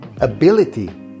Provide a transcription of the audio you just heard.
ability